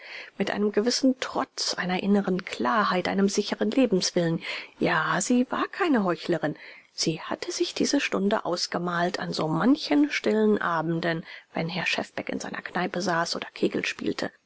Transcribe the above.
mit einem gewissen trotz einer inneren klarheit einem sicheren lebenswillen ja sie war keine heuchlerin sie hatte sich diese stunde ausgemalt an so manchen stillen abenden wenn herr schefbeck in seiner kneipe saß oder kegel spielte